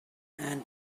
and